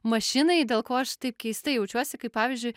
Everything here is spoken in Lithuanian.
mašinai dėl ko aš taip keistai jaučiuosi kaip pavyzdžiui